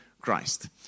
Christ